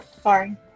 Sorry